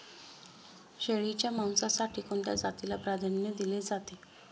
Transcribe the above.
शेळीच्या मांसासाठी कोणत्या जातीला प्राधान्य दिले जाते?